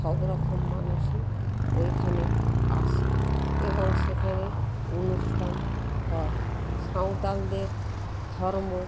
সব রকম মানুষই ওইখানে আসে এবং সেখানে অনুষ্ঠান হয় সাঁওতালদের ধর্ম